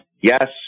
Yes